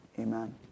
Amen